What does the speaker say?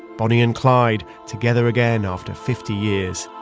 bonnie and clyde, together again after fifty years.